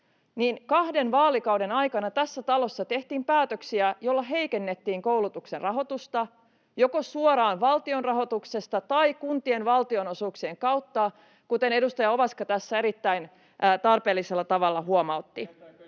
kahden vaalikauden aikana tässä talossa tehtiin päätöksiä, joilla heikennettiin koulutuksen rahoitusta joko suoraan valtion rahoituksesta tai kuntien valtionosuuksien kautta, kuten edustaja Ovaska tässä erittäin tarpeellisella tavalla huomautti.